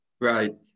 Right